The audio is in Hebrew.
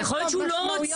אז יכול להיות שהוא לא רוצה.